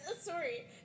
sorry